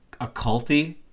occulty